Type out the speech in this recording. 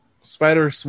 spider